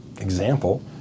example